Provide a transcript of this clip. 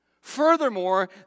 Furthermore